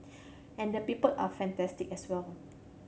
and the people are fantastic as well